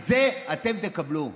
את זה אתם תקבלו.